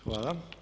Hvala.